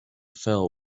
fell